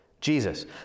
Jesus